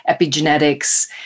epigenetics